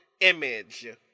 image